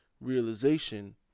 realization